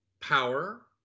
power